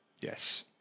Yes